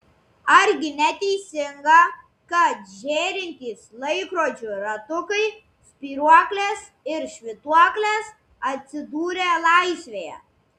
argi neteisinga kad žėrintys laikrodžių ratukai spyruoklės ir švytuoklės atsidūrė laisvėje